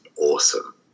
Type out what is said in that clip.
awesome